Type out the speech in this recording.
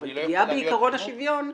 אבל פגיעה בעקרון השוויון,